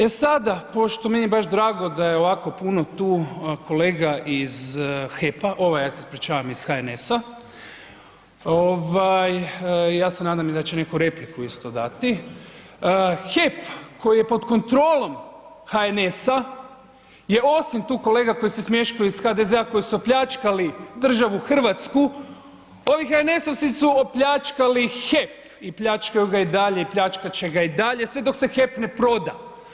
E sada pošto je meni baš drago da je ovako puno tu kolega iz HEP-a ovaj ja se ispričavam iz HNS-a, ja se nadam da će neko i repliku isto dati, HEP koji je pod kontrolom HNS-a je osim tu kolega koji se smješkaju iz HDZ-a koji su opljačkali državu Hrvatsku ovi HNS-ovci su opljačkali HEP i pljačkaju ga i dalje i pljačkat će ga i dalje sve dok se HEP ne proda.